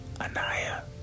Anaya